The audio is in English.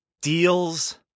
Deals